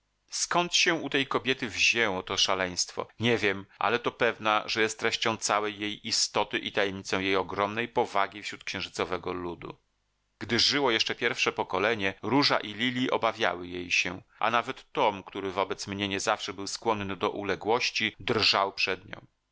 skąd się u tej kobiety wzięło to szaleństwo nie wiem ale to pewna że jest treścią całej jej istoty i tajemnicą jej ogromnej powagi wśród księżycowego ludu gdy żyło jeszcze pierwsze pokolenie róża i lili obawiały jej się a nawet tom który wobec mnie nie zawsze był skłonny do uległości drżał przed